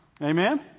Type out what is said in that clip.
Amen